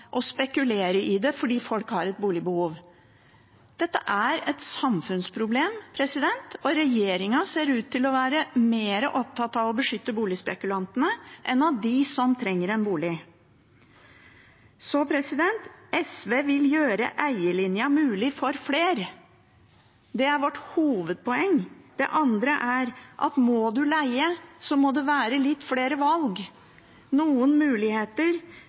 spekulere i det, fordi folk har et boligbehov. Dette er et samfunnsproblem, og regjeringen ser ut til å være mer opptatt av å beskytte boligspekulantene enn av dem som trenger en bolig. SV vil gjøre eierlinjen mulig for flere. Det er vårt hovedpoeng. Det andre er at må du leie, så må det være litt flere valg, noen muligheter